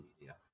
media